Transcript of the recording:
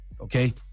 okay